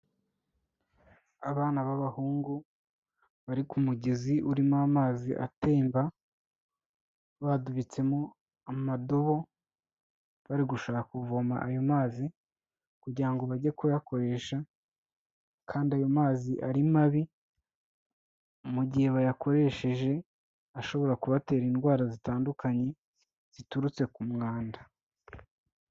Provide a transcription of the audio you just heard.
Abana b'abahungu bari ku mugezi urimo amazi atemba, badubitsemo amadobo bari gushaka kuvoma ayo mazi kugira ngo bajye kuyakoresha kandi ayo mazi ari mabi, mu gihe bayakoresheje ashobora kubatera indwara zitandukanye ziturutse ku mwanda.